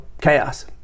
chaos